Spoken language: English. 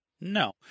No